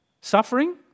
Suffering